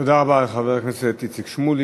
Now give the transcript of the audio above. תודה רבה לחבר הכנסת איציק שמולי.